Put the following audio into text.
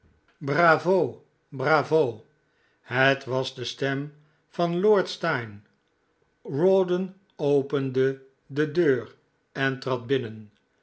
bravo bravo het was de stem van lord steyne rawdon opende de deur en trad binnen